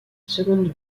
seconde